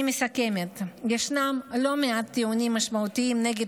אני מסכמת: ישנם לא מעט טיעונים משמעותיים נגד